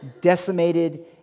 decimated